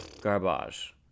Garbage